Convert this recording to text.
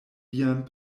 vian